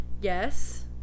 Yes